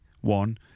one